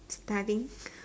studying